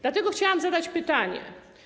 Dlatego chciałam zadać pytanie.